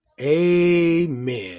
Amen